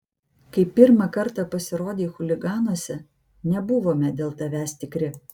kai pirmą kartą pasirodei chuliganuose nebuvome dėl tavęs tikri